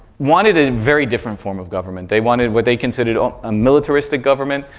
wanted a very different form of government. they wanted what they considered a militaristic government.